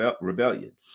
rebellion